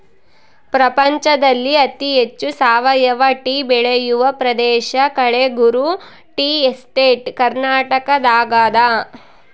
ಪ್ರಪಂಚದಲ್ಲಿ ಅತಿ ಹೆಚ್ಚು ಸಾವಯವ ಟೀ ಬೆಳೆಯುವ ಪ್ರದೇಶ ಕಳೆಗುರು ಟೀ ಎಸ್ಟೇಟ್ ಕರ್ನಾಟಕದಾಗದ